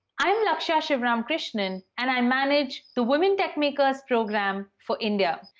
i'm lakshya sivaramakrishnan, and i manage the women techmakers program for india.